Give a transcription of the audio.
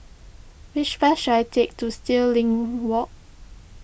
which bus should I take to Stirling Walk